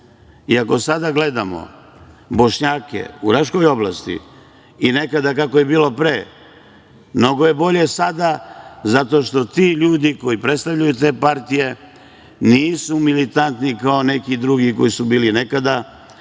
Ako sada gledamo bošnjake u Raškoj oblasti i nekada kako je bilo pre, mnogo je bolje sada zato što ti ljudi koji predstavljaju te partije nisu militantni kao neki drugi koji su bili nekada.